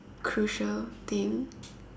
crucial thing